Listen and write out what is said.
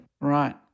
Right